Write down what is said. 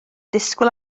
disgwyl